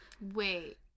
Wait